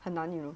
很难 you know